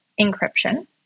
encryption